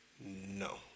No